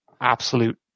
absolute